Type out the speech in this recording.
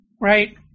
right